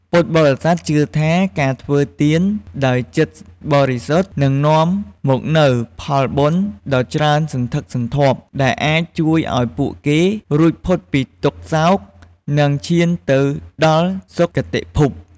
ពុទ្ធបរិស័ទជឿថា ការធ្វើទានដោយចិត្តបរិសុទ្ធ នឹងនាំមកនូវផលបុណ្យដ៏ច្រើនសន្ធឹកសន្ធាប់ ដែលអាចជួយឱ្យពួកគេរួចផុតពីទុក្ខសោក និងឈានទៅដល់សុខគតិភព។